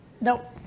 Nope